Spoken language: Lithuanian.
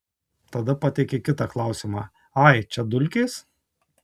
tada pateikė kitą klausimą ai čia dulkės